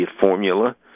formula